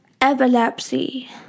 epilepsy